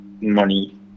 money